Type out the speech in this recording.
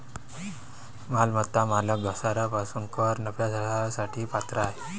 मालमत्ता मालक घसारा पासून कर नफ्यासाठी पात्र आहे